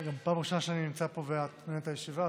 זאת פעם ראשונה שאני נמצא פה ואת מנהלת את הישיבה,